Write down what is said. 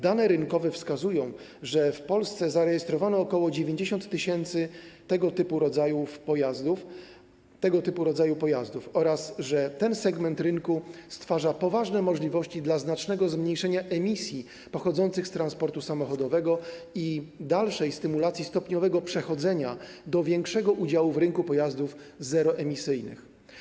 Dane rynkowe wskazują, że w Polsce zarejestrowano ok. 90 tys. tego typu pojazdów oraz że ten segment rynku stwarza poważne możliwości dla znacznego zmniejszenia emisji pochodzącej z transportu samochodowego i dalszej stymulacji stopniowego przechodzenia do większego udziału w rynku pojazdów zeroemisyjnych.